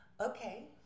okay